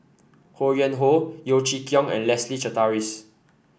Ho Yuen Hoe Yeo Chee Kiong and Leslie Charteris